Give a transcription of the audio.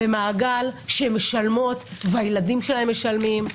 ומעגל שהן משלמות והילדים שלהן משלמים.